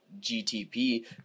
GTP